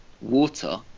water